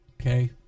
okay